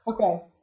Okay